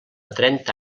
trenta